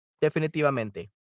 definitivamente